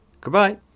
Goodbye